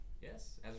Yes